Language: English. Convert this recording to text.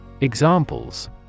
Examples